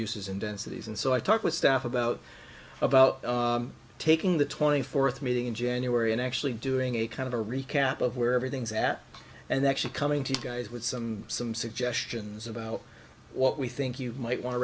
densities and so i talk with staff about about taking the twenty fourth meeting in january and actually doing a kind of a recap of where everything's at and actually coming to you guys with some suggestions about what we think you might want to